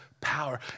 power